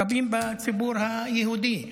רבים בציבור היהודי,